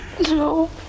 No